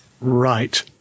Right